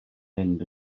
mynd